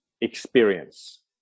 experience